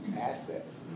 assets